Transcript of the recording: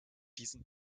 diesen